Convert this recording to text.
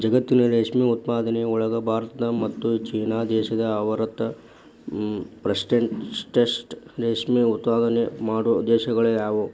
ಜಗತ್ತಿನ ರೇಷ್ಮೆ ಉತ್ಪಾದನೆಯೊಳಗ ಭಾರತ ಮತ್ತ್ ಚೇನಾ ದೇಶ ಅರವತ್ ಪೆರ್ಸೆಂಟ್ನಷ್ಟ ರೇಷ್ಮೆ ಉತ್ಪಾದನೆ ಮಾಡೋ ದೇಶಗಳಗ್ಯಾವ